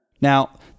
Now